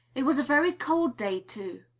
it was a very cold day too.